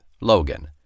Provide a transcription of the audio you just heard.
Logan